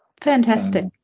Fantastic